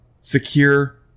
secure